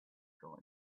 going